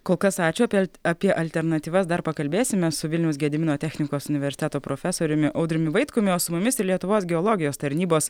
kol kas ačiū apie apie alternatyvas dar pakalbėsime su vilniaus gedimino technikos universiteto profesoriumi audriumi vaitkumi o su mumis ir lietuvos geologijos tarnybos